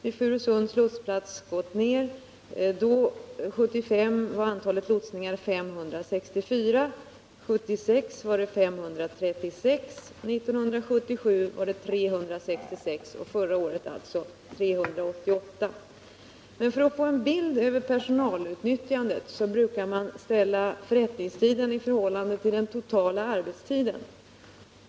År 1975 var antalet lotsningar 564. År 1976 var antalet 536. År 1977 var antalet 366. Förra året förekom som nämnts 388 lotsningar. För att få en bild över personalutnyttjandet brukar man ställa förrättningstiden i förhållande till den totala arbetstiden.